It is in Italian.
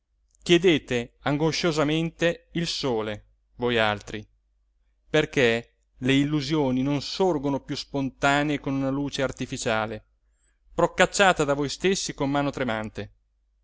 sole chiedete angosciosamente il sole voialtri perché le illusioni non sorgono più spontanee con una luce artificiale procacciata da voi stessi con mano tremante